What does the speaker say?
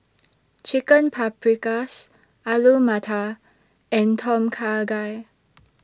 Chicken Paprikas Alu Matar and Tom Kha Gai